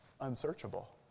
unsearchable